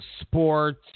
sports